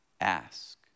ask